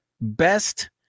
best